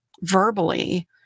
verbally